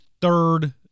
third